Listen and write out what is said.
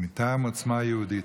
מטעם עוצמה יהודית,